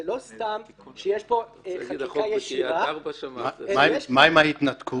זה לא סתם שיש פה חקיקה ישירה --- מה עם ההתנתקות?